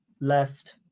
left